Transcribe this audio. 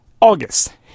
August